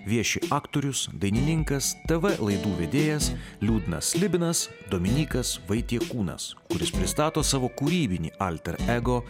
vieši aktorius dainininkas tv laidų vedėjas liūdnas slibinas dominykas vaitiekūnas kuris pristato savo kūrybinį alter ego